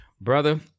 Brother